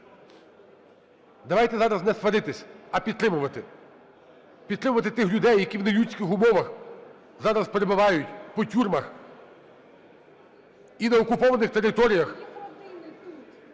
Давайте зараз не сваритись, а підтримувати, підтримувати тих людей, які в нелюдських умовах зараз перебувають по тюрмах і на окупованих територіях,